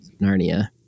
Narnia